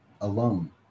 alone